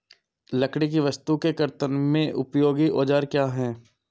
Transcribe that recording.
लकड़ी की वस्तु के कर्तन में उपयोगी औजार क्या हैं?